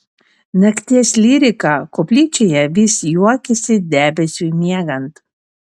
nakties lyrika koplyčioje vis juokėsi debesiui miegant